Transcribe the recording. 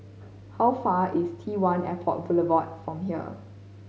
how far away is Tone Airport Boulevard from here